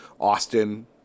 Austin